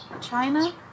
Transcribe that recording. China